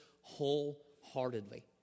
wholeheartedly